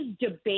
debate